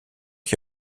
qui